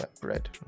bread